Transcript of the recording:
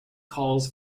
calls